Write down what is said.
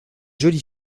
jolie